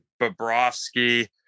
Bobrovsky